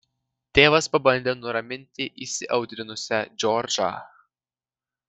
tėvas pabandė nuraminti įsiaudrinusią džordžą